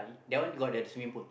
that one got the swimming pool